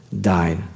died